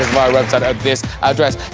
my website up this address.